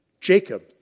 Jacob